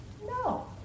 no